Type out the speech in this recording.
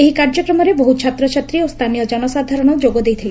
ଏହି କାର୍ଯ୍ୟକ୍ରମରେ ବହୁ ଛାତ୍ରଛାତ୍ରୀ ଓ ସ୍ଛାନୀୟ ଜନସାଧାରଣ ଯୋଗ ଦେଇଥିଲେ